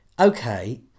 okay